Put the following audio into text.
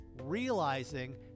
realizing